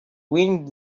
wind